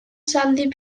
zaldi